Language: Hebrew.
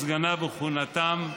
וסגניו וכהונתם),